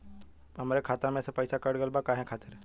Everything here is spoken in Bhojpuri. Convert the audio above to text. हमरे खाता में से पैसाकट गइल बा काहे खातिर?